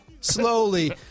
slowly